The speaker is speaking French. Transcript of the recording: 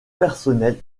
personnel